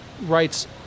rights